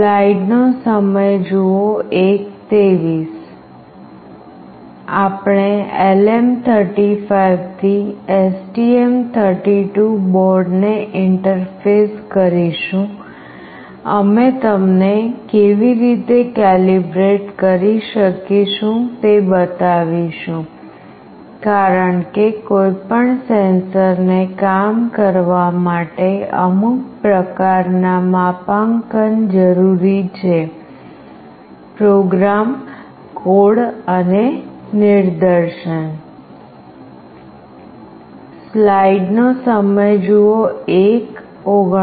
આપણે LM35 થી STM32 બોર્ડને ઇન્ટરફેસ કરીશું અમે તમને કેવી રીતે કેલિબ્રેટ કરી શકીશું તે બતાવીશું કારણ કે કોઈપણ સેન્સર ને કામ કરવા માટે અમુક પ્રકારના માપાંકન જરૂરી છે પ્રોગ્રામ કોડ અને નિદર્શન